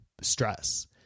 stress